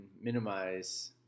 minimize